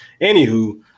Anywho